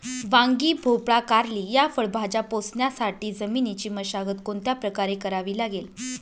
वांगी, भोपळा, कारली या फळभाज्या पोसण्यासाठी जमिनीची मशागत कोणत्या प्रकारे करावी लागेल?